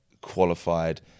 qualified